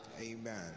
Amen